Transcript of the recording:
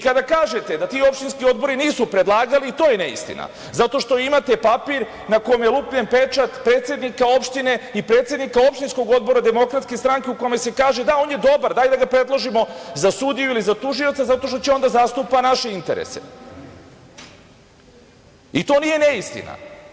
Kada kažete da ti opštinski odbori nisu predlagali to je neistina zato što imate papir na kome je lupljen pečat predsednika opštine i predsednika opštinskog odbora DS u kome se kaže – da, on je dobar, daj da ga predložimo za sudiju ili za tužioca zato što će on da zastupa naše interese i to nije neistina.